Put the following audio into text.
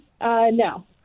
No